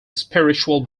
spiritual